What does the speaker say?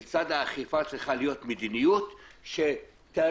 לצד האכיפה צריכה להיות מדיניות שתרים